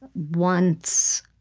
once